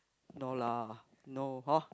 no lah no hor